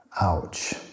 ouch